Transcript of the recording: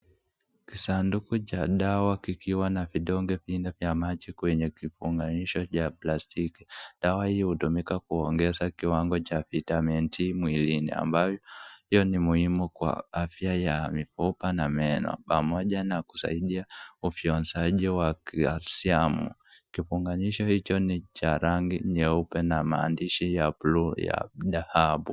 Kisanduku cha dawa kikiwa na vidonge vyenye maji kwenye kifungashio cha plastiki. Dawa hii hutumika kuongeza kiwango cha vitamini D mwilini, ambayo ni muhimu kwa afya ya mifupa na meno, pamoja na kusaidia ufyonzaji wa kalsiamu. Kifungashio hicho ni cha rangi nyeupe na maandishi ya bluu ya dhahabu.